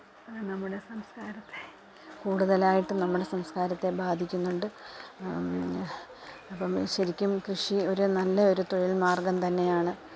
നമ്മുടെ സംസ്കാരത്തെ കൂടുതലായിട്ടും നമ്മുടെ സംസ്കാരത്തെ ബാധിക്കുന്നുണ്ട് അപ്പം ശരിക്കും കൃഷി ഒരു നല്ല ഒരു തൊഴില്മാര്ഗം തന്നെയാണ്